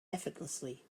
effortlessly